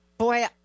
Boy